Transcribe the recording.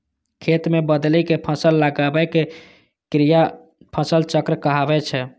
खेत मे बदलि कें फसल लगाबै के क्रिया फसल चक्र कहाबै छै